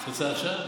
את רוצה עכשיו?